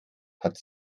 hat